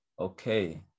Okay